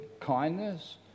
kindness